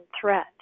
threat